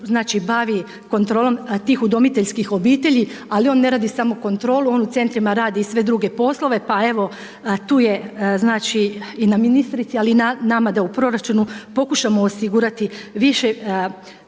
se bavi kontrolom tih udomiteljskih obitelji, ali on ne radi samo kontrolu. On u centrima radi i sve druge poslove, pa evo tu je znači i na ministrici, ali i na nama da u proračunu pokušamo osigurati više novaca